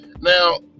Now